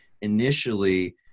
initially